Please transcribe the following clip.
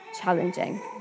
challenging